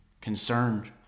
concerned